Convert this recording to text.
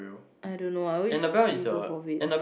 I don't know I always see both of it